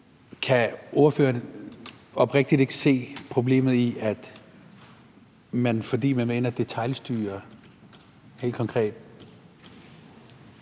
Kan ordføreren oprigtigt talt ikke se problemet i, at man, fordi man vil ind at detailstyre helt konkret,